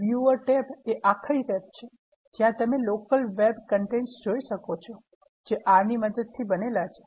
Viewer tab એ આખરી tab છે જ્યા તમે Local Web Contents જોઇ શકો છો જે R ની મદદથી બનેલા છે